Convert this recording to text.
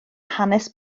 hanes